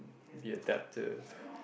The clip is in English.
be adaptive